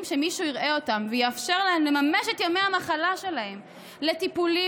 שמישהו יראה אותם ויאפשר להם לממש את ימי המחלה שלהם לטיפולים,